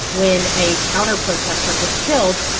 when a counterprotester was killed,